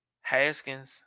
Haskins